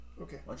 Okay